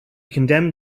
condemned